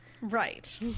Right